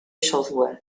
software